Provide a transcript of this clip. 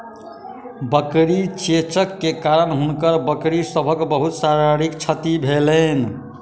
बकरी चेचक के कारण हुनकर बकरी सभक बहुत शारीरिक क्षति भेलैन